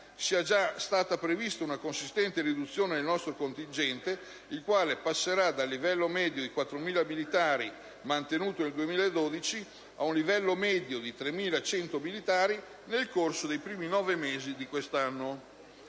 sia già stata prevista una consistente riduzione del nostro contingente in Afghanistan, il quale passerà dal livello medio di 4.000 militari mantenuto nel 2012 ad un livello medio di 3.100 militari nel corso dei primi nove mesi di quest'anno.